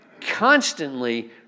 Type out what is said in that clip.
constantly